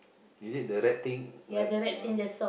is it the rap thing like ya